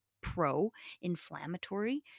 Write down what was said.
pro-inflammatory